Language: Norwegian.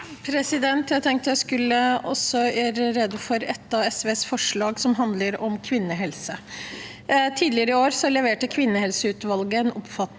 Jeg tenkte jeg skul- le gjøre rede for et av SVs forslag, som handler om kvinnehelse. Tidligere i år leverte kvinnehelseutvalget en omfattende